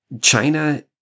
China